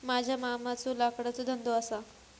माझ्या मामाचो लाकडाचो धंदो असा